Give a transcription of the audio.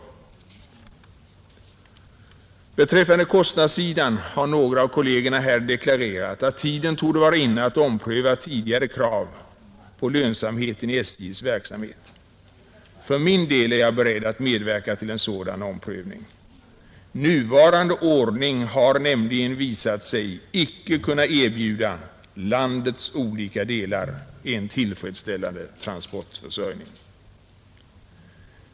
Vad beträffar kostnadssidan har några av kollegerna här deklarerat, att tiden torde vara inne att ompröva tidigare krav på lönsamhet i SJ:s verksamhet. För min del är jag beredd att medverka till en sådan omprövning. Nuvarande ordning har nämligen visat sig icke kunna erbjuda landets olika delar en tillfredsställande transportförsörjning.